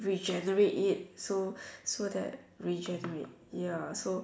regenerate it so so that regenerate ya so